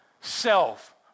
Self